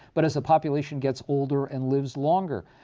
but as the population gets older and lives longer.